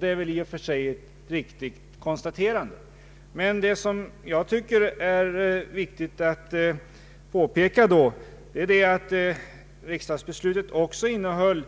Det är i och för sig ett riktigt konstaterande, men jag anser att det är viktigt att påpeka att riksdagsbeslutet också innehöll